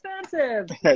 expensive